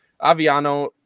Aviano